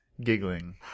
giggling